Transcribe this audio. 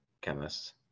chemists